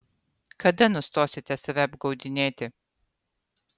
kada nustosite save apgaudinėti